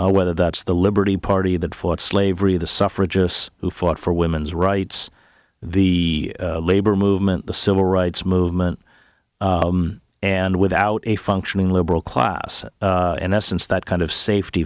whether that's the liberty party that fought slavery the suffragists who fought for women's rights the labor movement the civil rights movement and without a functioning liberal class in essence that kind of safety